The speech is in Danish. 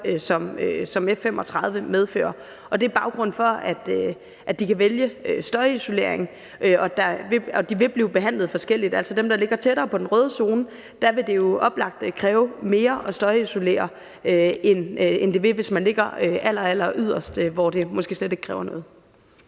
som F 35 medfører. Det er baggrunden for, at de kan vælge støjisolering, og de vil blive behandlet forskelligt, således at det for dem, der ligger tættere på den røde zone, oplagt vil kræve mere at støjisolere, end det vil, hvis man bor alleralleryderst, hvor det måske slet ikke kræver noget.